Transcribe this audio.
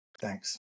thanks